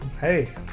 Hey